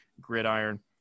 gridiron